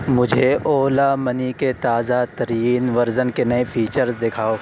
مجھے اولا منی کے تازہ ترین ورژن کے نئے فیچرز دکھاؤ